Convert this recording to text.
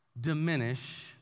diminish